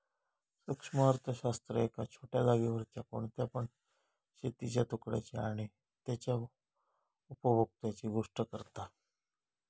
सूक्ष्म अर्थशास्त्र एका छोट्या जागेवरच्या कोणत्या पण शेतीच्या तुकड्याची आणि तेच्या उपभोक्त्यांची गोष्ट करता